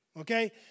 Okay